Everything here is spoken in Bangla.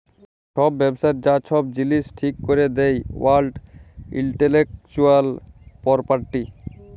ছব ব্যবসার যা ছব জিলিস ঠিক ক্যরে দেই ওয়ার্ল্ড ইলটেলেকচুয়াল পরপার্টি